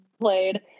played